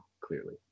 clearly